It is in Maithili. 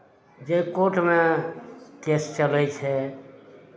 जे कोर्टमे केस चलै छै